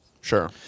sure